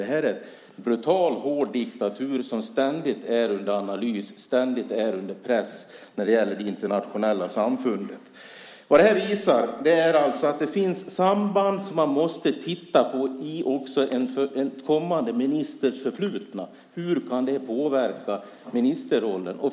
Det här är en brutal hård diktatur som ständigt är under analys och ständigt är under press från det internationella samfundet. Det här visar alltså att det finns samband som man måste titta på i också en blivande ministers förflutna. Hur kan det påverka ministerrollen?